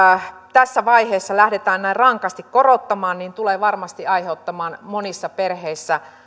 tässä vaiheessa lähdetään näin rankasti korottamaan tulee varmasti aiheuttamaan monissa perheissä